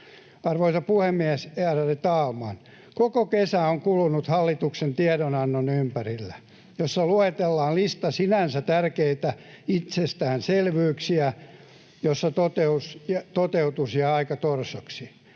Arvoisa puhemies, ärade talman! Koko kesä on kulunut hallituksen tiedonannon ympärillä, jossa luetellaan lista sinänsä tärkeitä itsestäänselvyyksiä ja jossa toteutus jää aika torsoksi.